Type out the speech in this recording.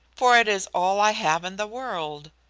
for it is all i have in the world.